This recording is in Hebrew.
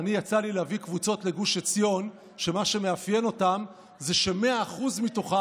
יצא לי להביא קבוצות לגוש עציון שמה שמאפיין אותן זה ש-100% שלהם,